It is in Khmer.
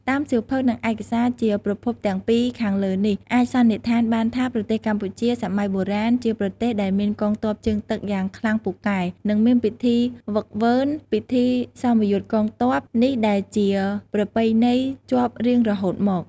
តាមសៀវភៅ និងឯកសារជាប្រភពទាំងពីរខាងលើនេះ អាចសន្និដ្ឋានបានថាប្រទេសកម្ពុជាសម័យបុរាណ ជាប្រទេសដែលមានកងទ័ពជើងទឹកយ៉ាងខ្លាំងពូកែ និងមានពិធីហ្វឹកហ្វឺន ពិធីសមយុទ្ធកងទ័ពនេះដែលជាប្រពៃណីជាប់រៀងរហូតមក។